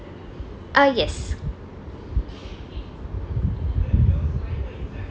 ah yes